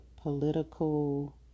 political